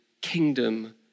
kingdom